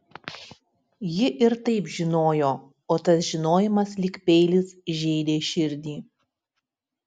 ji ir taip žinojo o tas žinojimas lyg peilis žeidė širdį